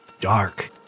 dark